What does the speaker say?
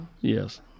Yes